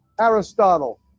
Aristotle